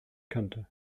kannte